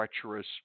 treacherous